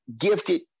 gifted